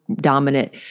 dominant